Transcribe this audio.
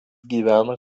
gyvena